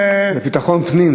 זה ביטחון פנים,